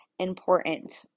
important